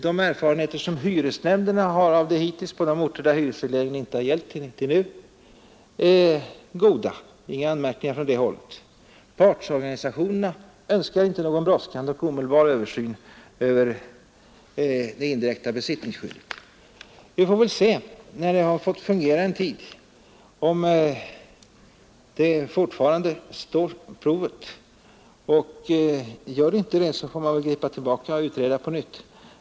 De erfarenheter som hyresnämnderna har av det hittills på de orter där hyresregleringen inte gällt till nu är goda. Det är inga anmärkningar från det hållet. Partsorganisationerna önskar inte någon brådskande och omedelbar översyn över det indirekta besittningsskyddet. Vi får väl se när det här indirekta besittningsskyddet har fått fungera en tid, om det fortfarande består provet. Gör det inte det, så får man väl utreda på nytt.